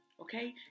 okay